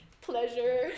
pleasure